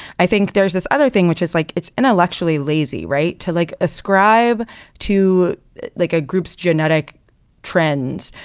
i think there's this other thing which is like it's intellectually lazy, right, to like ascribe to like a group's genetic trends,